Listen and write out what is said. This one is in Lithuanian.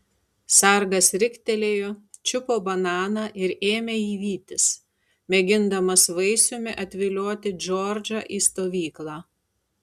sargas riktelėjo čiupo bananą ir ėmė jį vytis mėgindamas vaisiumi atvilioti džordžą į stovyklą